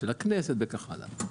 של הכנסת וכך הלאה.